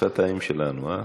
בשפת האם שלנו, הא?